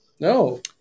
No